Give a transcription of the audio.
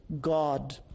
God